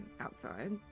outside